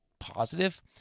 positive